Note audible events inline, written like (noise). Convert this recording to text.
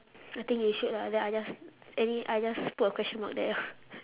I think we should ah then I just any I just put a question mark there ah (laughs)